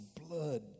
blood